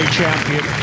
champion